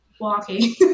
walking